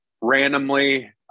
randomly